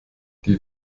die